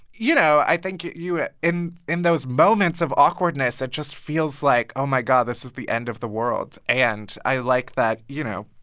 you know, i think you you in in those moments of awkwardness, it just feels like, oh, my god, this is the end of the world. and i like that, you know,